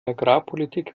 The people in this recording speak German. agrarpolitik